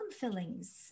fillings